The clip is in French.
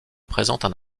présentent